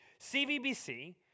CVBC